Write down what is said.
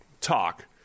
talk